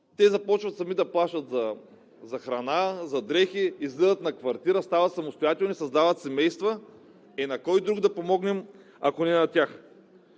Те започват сами да плащат за храна, за дрехи, излизат на квартира, стават самостоятелни, създават семейства. На кой друг да помогнем, ако не на тях?